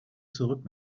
zurück